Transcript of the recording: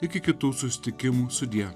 iki kitų susitikimų sudie